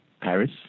Paris